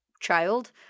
child